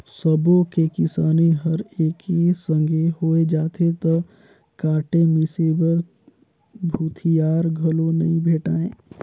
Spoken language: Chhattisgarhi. सबो के किसानी हर एके संघे होय जाथे त काटे मिसे बर भूथिहार घलो नइ भेंटाय